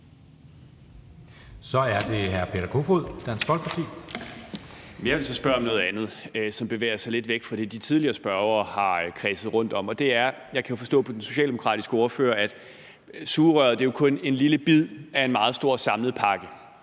Så er det hr. Peter Kofod, Dansk Folkeparti. Kl. 14:18 Peter Kofod (DF): Jeg vil så spørge om noget andet, som bevæger sig lidt væk fra det, de tidligere spørgere har kredset om. Jeg kan forstå på den socialdemokratiske ordfører, at sugerøret kun er en lille bid af en meget stor samlet pakke.